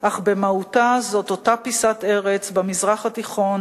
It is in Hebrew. אך במהותה זו אותה פיסת ארץ במזרח התיכון